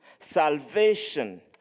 Salvation